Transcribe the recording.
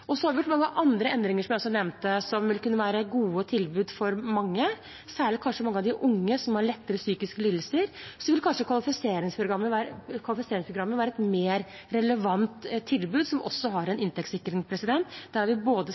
også nevnte, som vil kunne være gode tilbud for mange. Særlig for mange av de unge som har lettere psykiske lidelser, vil kanskje kvalifiseringsprogrammet være et mer relevant tilbud, som også har en inntektssikring. Der har vi både